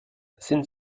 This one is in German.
sind